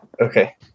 Okay